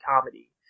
comedy